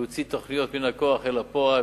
להוציא תוכניות מהכוח אל הפועל,